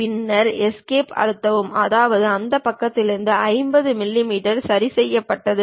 பின்னர் எஸ்கேப் அழுத்தவும் அதாவது அந்த பக்கத்தில் 50 மில்லிமீட்டர் சரி செய்யப்பட்டது